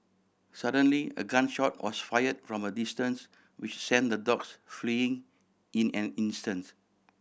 suddenly a gun shot was fired from a distance which sent the dogs fleeing in an instant